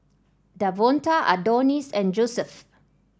Davonta Adonis and Josef